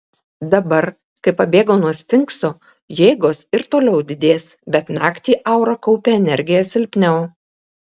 dabar kai pabėgo nuo sfinkso jėgos ir toliau didės bet naktį aura kaupia energiją silpniau